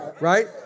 Right